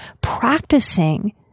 practicing